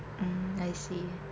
mm I see